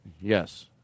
Yes